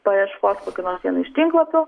paieškos kokį nors vieną iš tinklapių